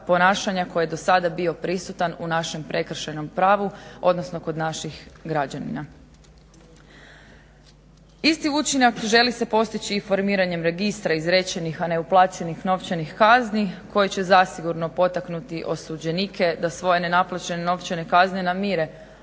ponašanja koje je do sada bio prisutan u našem prekršajnom pravu odnosno kod naših građanina. Isti učinak želi se postići i formiranjem registra izrečenih, a ne uplaćenih novčanih kazni koji će zasigurno potaknuti osuđenike da svoje nenaplaćene novčane kazne namire